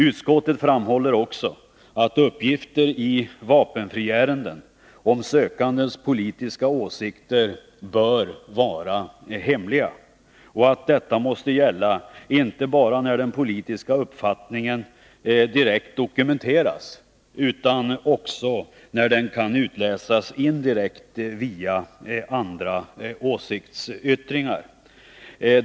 Utskottet framhåller också att uppgifter i vapenfriärenden om sökandens politiska åsikter bör vara hemliga och att detta måste gälla inte bara när den politiska uppfattningen direkt dokumenteras utan också när den kan utläsas indirekt via andra åsiktsyttringar.